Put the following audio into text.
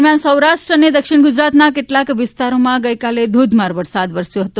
દરમિયાન સૌરાષ્ટ્ર અને દક્ષિણ ગુજરાતના કેટલાંક વિસ્તારોમાં ગઇકાલે ધોધમાર વરસાદ વરસ્યો હતો